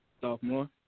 Sophomore